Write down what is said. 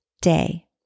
day